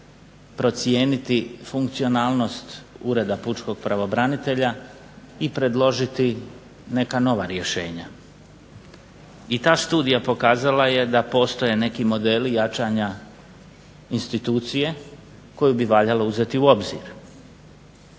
procijeniti funkcionalnost Ureda pučkog pravobranitelja i predložiti neka nova rješenja. I ta studija pokazala je da postoje neki modeli jačanja institucije koju bi valjalo uzeti u obzir.